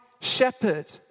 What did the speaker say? shepherd